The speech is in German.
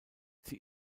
sie